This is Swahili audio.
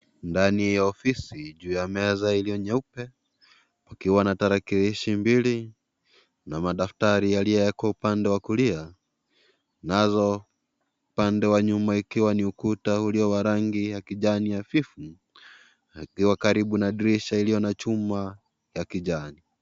Ndani ya ofisi juu ya meza iliyo nyeupe kukiwa na tarakilishi mbili na madaftari yaliyowekwa upande wa kulia , nazo upande wa nyuma ikiwa ni ukuta ulio wa rangi ya kijani hafifu ikiwa karibu na dirisha iliyo na chuma ya kijani .